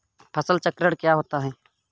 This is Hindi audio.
फसल चक्रण क्या होता है?